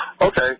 okay